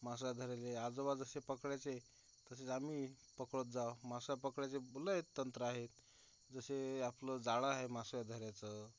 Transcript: मासा धरायला आजोबा जसे पकडायचे तसेच आम्ही पकडत जावं मासा पकडायचे भलं एक तंत्र आहे जसे आपलं जाळं आहे माशा धरायचं